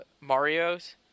Mario's